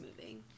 moving